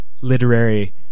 literary